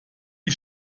die